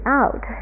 out